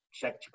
check